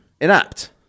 inapt